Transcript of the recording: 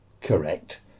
correct